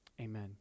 Amen